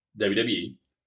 WWE